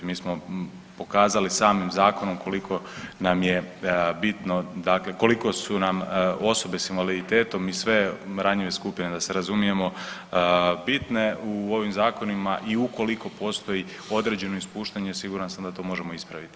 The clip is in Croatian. Mi smo pokazali samim zakonom koliko nam je bitno, dakle koliko su nam osobe sa invaliditetom i sve ranjive skupine da se razumijemo bitne u ovim zakonima i ukoliko postoji određeno ispuštanje siguran sam da to možemo ispraviti.